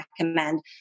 recommend